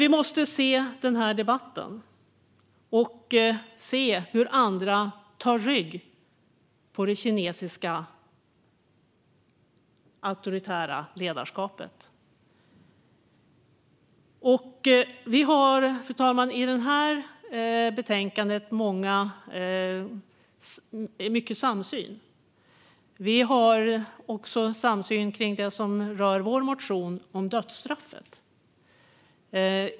Vi måste se hur andra tar rygg på det kinesiska auktoritära ledarskapet. Fru talman! Vi har i det här betänkandet stor samsyn. Vi har också en samsyn kring vår motion om dödsstraffet.